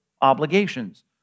obligations